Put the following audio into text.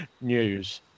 news